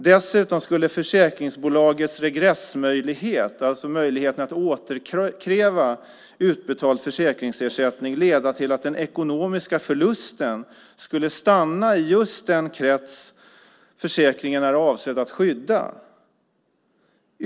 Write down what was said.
Dessutom skulle försäkringsbolagets regressmöjlighet - alltså möjligheten att återkräva utbetald försäkringsersättning - leda till att den ekonomiska förlusten skulle stanna i just den krets försäkringen är avsedd att skydda.